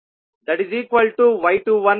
5Sy21విలువ